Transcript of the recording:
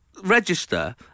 register